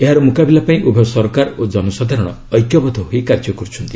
ଏହାର ମୁକାବିଲା ପାଇଁ ଉଭୟ ସରକାର ଓ ଜନସାଧାରଣ ଐକ୍ୟବଦ୍ଧ ହୋଇ କାର୍ଯ୍ୟ କରୁଛନ୍ତି